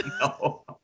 No